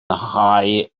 nghae